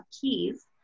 keys